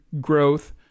growth